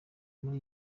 muri